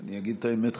אני אגיד את האמת,